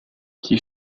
qui